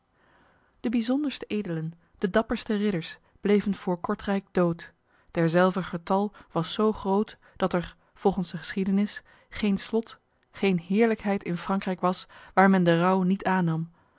de bijzonderste edelen de dapperste ridders bleven voor kortrijk dood derzelver getal was zo groot dat er volgens de geschiedenis geen slot geen heerlijkheid in frankrijk was waar men de rouw niet aannam